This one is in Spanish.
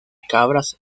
cabras